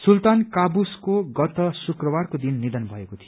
सुल्तान कानूसक्ने गत शुक्रबारको दिन नियन भएको थियो